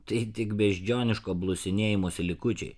tai tik beždžioniško blusinėjimosi likučiai